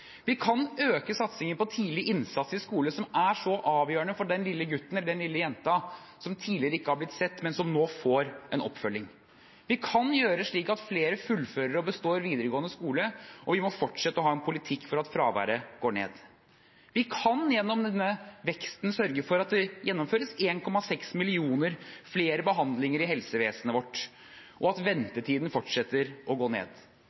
Vi kan øke satsingen på tidlig innsats i skolen, som er så avgjørende for den lille gutten eller den lille jenta som tidligere ikke har blitt sett, men som nå får oppfølging. Vi kan gjøre det slik at flere fullfører og består videregående skole, og vi må fortsette å ha en politikk for at fraværet skal gå ned. Vi kan gjennom denne veksten sørge for at det gjennomføres 1,6 millioner flere behandlinger i helsevesenet, og at ventetiden fortsetter å gå ned.